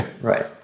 right